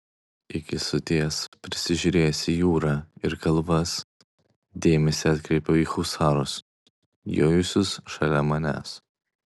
iki soties prisižiūrėjęs į jūrą ir kalvas dėmesį atkreipiau į husarus jojusius šalia manęs